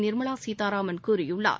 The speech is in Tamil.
நிர்மலா சீதாராமன் கூறியுள்ளார்